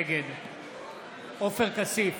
נגד עופר כסיף,